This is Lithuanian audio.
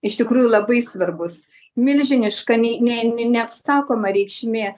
iš tikrųjų labai svarbus milžiniška nei ne ne neapsakoma reikšmė